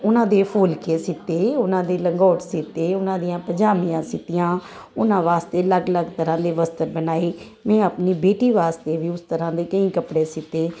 ਉਹਨਾਂ ਦੇ ਫੋਲ ਕੇ ਸੀਤੇ ਉਹਨਾਂ ਦੇ ਲੰਗੋਟ ਸੀਤੇ ਉਹਨਾਂ ਦੀਆਂ ਪਜਾਮੀਆਂ ਸੀਤੀਆਂ ਉਹਨਾਂ ਵਾਸਤੇ ਅਲੱਗ ਅਲੱਗ ਤਰ੍ਹਾਂ ਦੇ ਵਸਤਰ ਬਣਾਏ ਮੈਂ ਆਪਣੀ ਬੇਟੀ ਵਾਸਤੇ ਵੀ ਉਸ ਤਰ੍ਹਾਂ ਦੇ ਕਈ ਕੱਪੜੇ ਸੀਤੇ